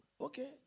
okay